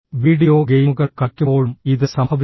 video ഗെയിമുകൾ കളിക്കുമ്പോഴും ഇത് സംഭവിക്കുന്നു